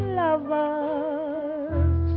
lovers